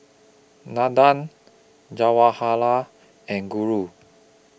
Nandan Jawaharlal and Guru